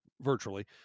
virtually